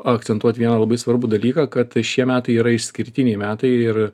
akcentuot vieną labai svarbų dalyką kad šie metai yra išskirtiniai metai ir